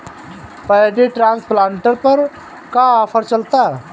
Paddy transplanter पर का offer चलता?